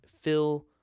fill